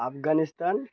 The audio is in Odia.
ଆଫଗାନିସ୍ତାନ